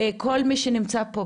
כל מי שנמצא פה,